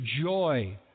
joy